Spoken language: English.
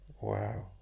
Wow